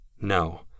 No